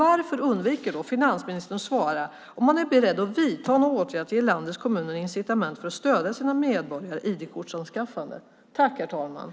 Varför undviker finansministern att svara på frågan om han är beredd att vidta några åtgärder för att ge landets kommuner incitament för att stödja sina medborgare att skaffa ID-kort?